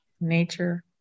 Nature